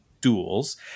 duels